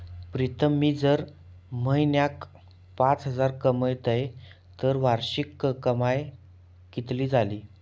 प्रीतम मी जर म्हयन्याक पाच हजार कमयतय तर माझी वार्षिक कमाय कितकी जाली?